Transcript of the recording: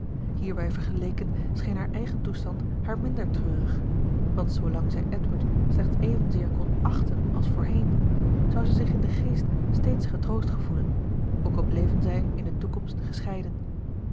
hierbij vergeleken scheen haar eigen toestand haar minder treurig want zoolang zij edward slechts evenzeer kon achten als voorheen zou zij zich in den geest steeds getroost gevoelen ook al bleven zij in de toekomst gescheiden